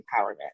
empowerment